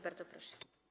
Bardzo proszę.